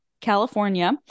california